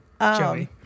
Joey